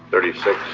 thirty six